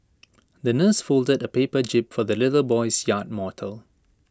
the nurse folded A paper jib for the little boy's yacht motto